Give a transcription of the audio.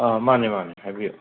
ꯑꯥ ꯃꯥꯅꯦ ꯃꯥꯅꯦ ꯍꯥꯏꯕꯤꯌꯣ